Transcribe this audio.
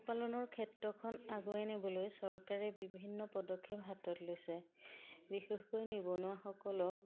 পশুপালনৰ ক্ষেত্ৰখন আগুৱাই নিবলৈ চৰকাৰে বিভিন্ন পদক্ষেপ হাতত লৈছে বিশেষকৈ নিবনুৱাসকলক